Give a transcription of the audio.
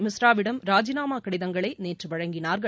மிஸ்ராவிடம் ராஜினாமா கடிதங்களை நேற்று வழங்கினார்கள்